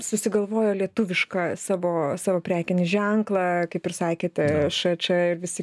susigalvojo lietuvišką savo savo prekinį ženklą kaip ir sakėte š č ir visi